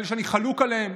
כאלה שאני חלוק עליהם,